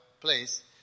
place